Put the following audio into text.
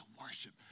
worship